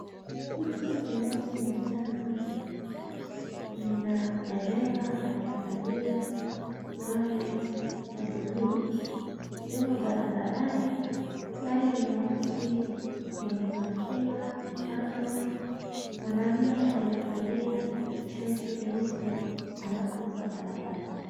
Tuktuk ya rangi ya manjano lina dereva aliyevalia suruali ya buluu, limo barabarani. Gari nyeusi limepakiwa kando. Mwanamume aliyevalia shati leupe anavuka barabara.